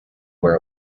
where